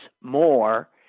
more